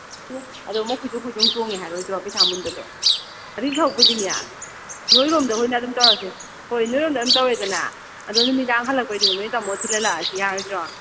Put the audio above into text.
ꯑꯦ ꯑꯗꯣ ꯃꯈꯣꯏꯁꯨ ꯀꯣꯏꯆꯣꯡ ꯆꯣꯡꯉꯦ ꯍꯥꯏꯔꯣꯏꯗ꯭ꯔꯣ ꯄꯩꯁꯥ ꯃꯨꯟꯕꯗꯣ ꯑꯗꯨꯒꯤ ꯁꯔꯨꯛꯄꯨꯗꯤꯅꯦ ꯅꯣꯏꯔꯣꯝꯗ ꯑꯣꯏꯅ ꯑꯗꯨꯝ ꯇꯧꯔꯁꯦ ꯍꯣꯏ ꯅꯣꯏꯔꯣꯝꯗ ꯑꯗꯨꯝ ꯇꯧꯔꯦꯗꯅ ꯑꯗꯣ ꯅꯨꯃꯤꯗꯥꯡ ꯍꯟꯂꯛꯄꯒꯤꯗꯨꯅ ꯅꯣꯏ ꯇꯥꯃꯣꯗ ꯊꯤꯜꯍꯜꯂꯛꯑꯁꯦ ꯌꯥꯔꯣꯏꯗ꯭ꯔꯣ